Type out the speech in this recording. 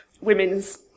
women's